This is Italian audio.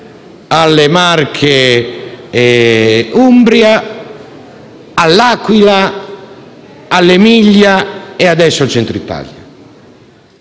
alle Marche e all'Umbria, all'Aquila, all'Emilia e adesso al Centro Italia.